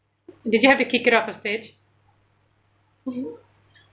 did you have to kick it up a stage mmhmm